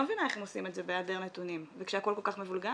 מבינה איך הם עושים את זה בהיעדר נתונים וכשהכול כל כך מבולגן.